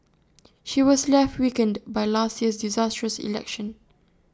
she was left weakened by last year's disastrous election